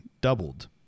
doubled